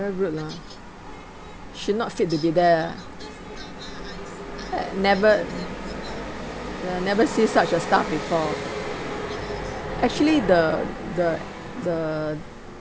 very rude lah she not fit to be there e~ never ya never see such a staff before actually the the the